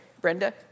Brenda